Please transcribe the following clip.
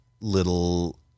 little